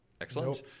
excellent